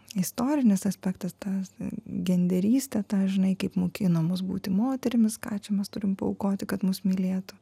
istorinis aspektas tas genderystė ta žinai kaip mokino mus būti moterimis ką čia mes turim paaukoti kad mus mylėtų